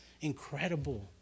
incredible